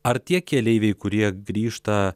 ar tie keleiviai kurie grįžta